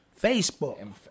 Facebook